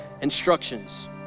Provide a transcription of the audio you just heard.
instructions